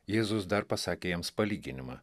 jėzus dar pasakė jiems palyginimą